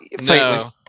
no